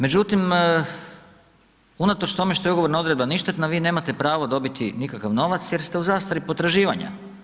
Međutim unatoč tome što je ugovorna odredba ništetna vi nemate pravo dobiti nikakav novac jer ste u zastari potraživanja.